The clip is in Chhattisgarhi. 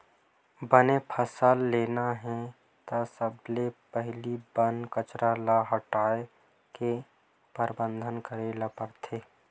बने फसल लेना हे त सबले पहिली बन कचरा ल हटाए के परबंध करे ल परथे